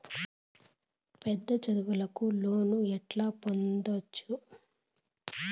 పెద్ద చదువులకు లోను ఎట్లా పొందొచ్చు